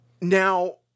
Now